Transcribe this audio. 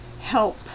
help